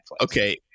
Okay